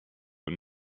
and